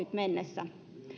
mennessä